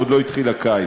ועוד לא התחיל הקיץ.